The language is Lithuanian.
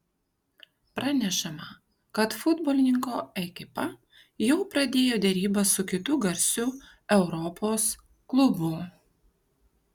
pranešama kad futbolininko ekipa jau pradėjo derybas su kitu garsiu europos klubu